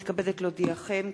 הנני מתכבדת להודיעכם,